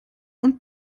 und